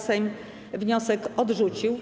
Sejm wniosek odrzucił.